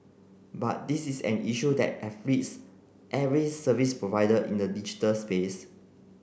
but this is an issue that afflicts every service provider in the digital space